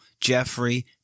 Jeffrey